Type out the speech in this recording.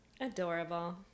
Adorable